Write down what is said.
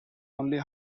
only